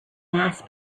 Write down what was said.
mass